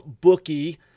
bookie